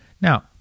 now